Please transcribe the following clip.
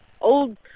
old